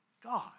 God